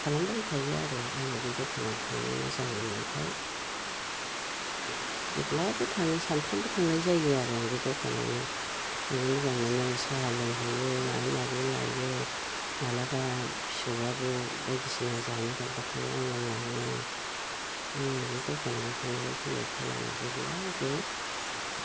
खालामबाय थायो आरो आं बे दखानाव थांनो मोजां मोननायखाय जेब्लाबो थाङो सामफ्रोमबो थांनाय जायो आरो बे दखानावनो थांनो मोजां मोनो साहा लोंहैयो माबा माबि लायो माब्लाबा फिसौआबो बायदिसिना जानो गाबब्लाथाय आङो लाङो आङो बे दखानावनो थांलाय फैलाय खालामो जेब्लाबो